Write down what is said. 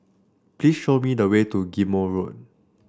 please show me the way to Ghim Moh Road